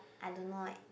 I don't know eh